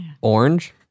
Orange